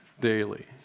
daily